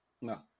No